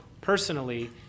personally